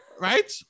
Right